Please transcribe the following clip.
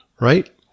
right